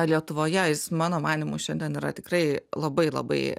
lietuvoje jis mano manymu šiandien yra tikrai labai labai